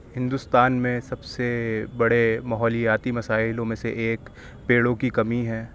ہندوستان میں سب سے بڑے ماحولیاتی مسائلوں میں سے ایک پیڑوں کی کمی ہے